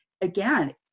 again